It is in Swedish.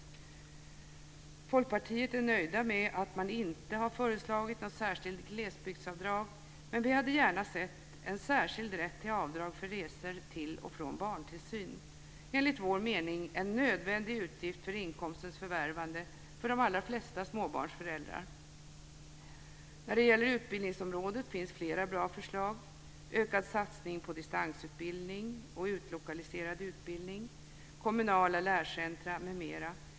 Vi i Folkpartiet är nöjda med att man inte har föreslagit något särskilt glesbygdsavdrag, men vi hade gärna sett en särskild rätt till avdrag för resor till och från barntillsyn - en nödvändig utgift för inkomstens förvärvande för de allra flesta småbarnsföräldrar. När det gäller utbildningsområdet finns det flera bra förslag: ökad satsning på distansutbildning och utlokaliserad utbildning, kommunala lärcentrum m.m.